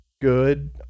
good